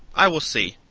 i will see.